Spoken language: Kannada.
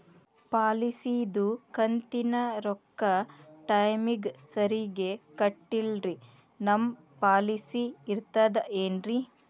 ಪಾಲಿಸಿದು ಕಂತಿನ ರೊಕ್ಕ ಟೈಮಿಗ್ ಸರಿಗೆ ಕಟ್ಟಿಲ್ರಿ ನಮ್ ಪಾಲಿಸಿ ಇರ್ತದ ಏನ್ರಿ?